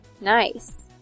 Nice